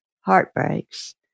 heartbreaks